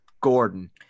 Gordon